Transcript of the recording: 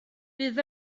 bydd